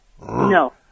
No